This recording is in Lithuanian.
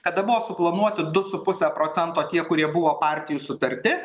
kada buvo suplanuoti du su puse procento tie kurie buvo partijų sutarti